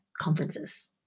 conferences